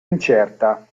incerta